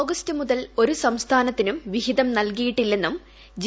August മുതൽ ഒരു സംസ്ഥാനത്തിനും വിഹിതം നൽകിയിട്ടില്ലെന്നും ജി